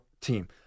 team